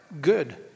Good